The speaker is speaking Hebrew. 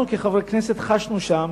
אנחנו כחברי הכנסת חשנו שם